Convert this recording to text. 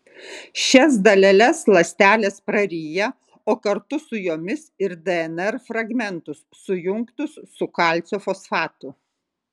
šias daleles ląstelės praryja o kartu su jomis ir dnr fragmentus sujungtus su kalcio fosfatu